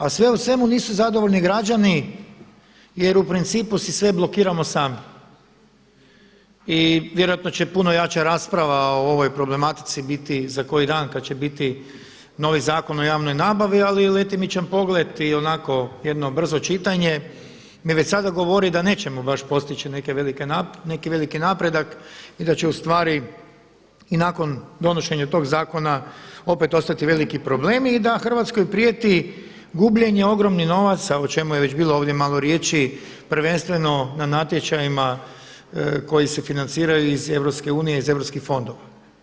A sve u svemu nisu zadovoljni građani jer u principu si sve blokiramo sami i vjerojatno će puno jača rasprava o ovoj problematici biti za koji dan kada će biti novi Zakon o javnoj nabavi, ali letimičan pogleda i onako jedno brzo čitanje mi već sada govori da nećemo baš postići neke velike napredak i da će ustvari i nakon donošenja tog zakona opet ostati veliki problem i da Hrvatskoj prijeti gubljenje ogromnih novaca o čemu je već bilo ovdje malo riječi prvenstveno na natječajima koji se financiraju iz EU iz europskih fondova.